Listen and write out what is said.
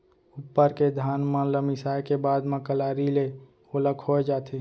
उप्पर के धान मन ल मिसाय के बाद म कलारी ले ओला खोय जाथे